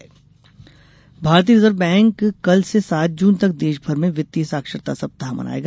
reserve bank भारतीय reserve bank कल से सात जून तक देश भर में वित्तीय साक्षरता सप्ताह मनाएगा